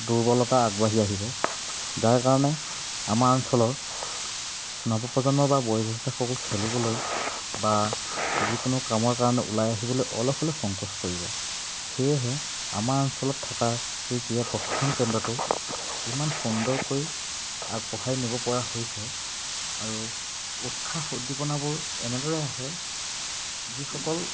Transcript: দুৰ্বলতা আগবাঢ়ি আহিব যাৰ কাৰণে আমাৰ অঞ্চলৰ নৱপ্ৰজন্ম বা বয়োজ্যেষ্ঠসকল খেলিবলৈ বা যিকোনো কামৰ কাৰণে ওলাই আহিবলৈ অলপ হ'লেও সংকোচ কৰিব সেয়েহে আমাৰ অঞ্চলত থকা সেই ক্ৰীড়া প্ৰশিক্ষণ কেন্দ্ৰটো ইমান সুন্দৰকৈ আগবঢ়াই নিব পৰা হৈছে আৰু উৎসাহ উদ্দীপনাবোৰ এনেদৰে আহে যিসকল